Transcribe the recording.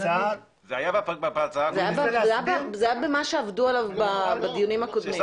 זה היה במה שעבדו עליו בדיונים הקודמים.